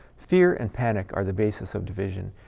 fear and panic are the basis of division.